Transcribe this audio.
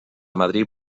madrid